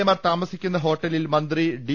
എമാർ താമസിക്കുന്ന ഹോട്ടലിൽ മന്ത്രി ഡി